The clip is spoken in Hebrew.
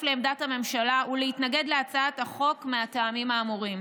לעמדת הממשלה ולהתנגד להצעת החוק מהטעמים האמורים.